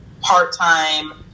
part-time